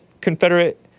Confederate